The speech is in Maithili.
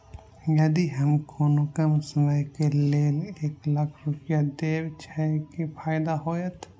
यदि हम कोनो कम समय के लेल एक लाख रुपए देब छै कि फायदा होयत?